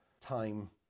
time